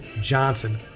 Johnson